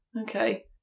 Okay